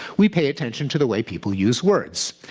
we pay attention to the way people use words.